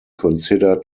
consider